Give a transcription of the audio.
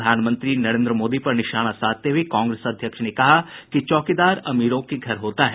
प्रधानमंत्री नरेन्द्र मोदी पर निशाना साधते हुये कांग्रेस अध्यक्ष ने कहा कि चौकीदार अमीरों के घर होता है